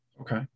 Okay